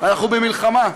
אנחנו במלחמה.